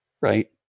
right